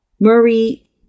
Murray